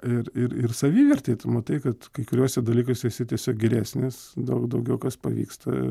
ir ir ir savivertei tu matai kad kai kuriuose dalykuse esi tiesiog geresnis daug daugiau kas pavyksta